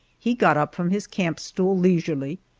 he got up from his camp stool leisurely,